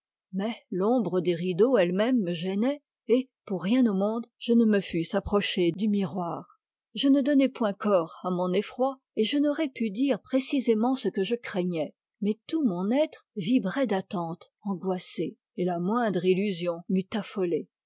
mais l'ombre des rideaux elle-même me gênait et pour rien au monde je ne me fusse approché du miroir je ne donnais point corps à mon effroi et je n'aurais pu dire précisément ce que je craignais mais tout mon être vibrait d'attente angoissée et la moindre illusion m'eût affolé